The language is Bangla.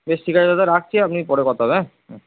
বেশ ঠিক আছে দাদা রাখছি আপনি পরে কথা হবে হ্যাঁ হ্যাঁ